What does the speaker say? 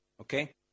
Okay